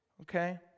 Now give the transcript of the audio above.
Okay